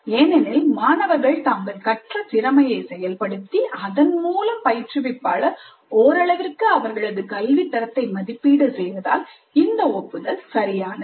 ஏனெனில் மாணவர்கள் தாங்கள் கற்ற திறமையை செயல்படுத்தி அதன்மூலம் பயிற்றுவிப்பாளர் ஓரளவிற்கு அவர்களது கல்வி தரத்தை மதிப்பீடு செல்வதால் இந்த ஒப்புதல் சரியானது